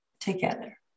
together